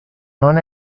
non